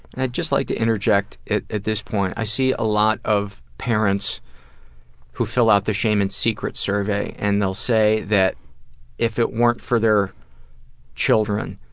i'd just like to interject at this point, i see a lot of parents who fill out the shame and secrets survey and they'll say that if it weren't for their children,